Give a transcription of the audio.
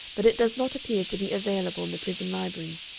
but it does not appear to be available in the prison library,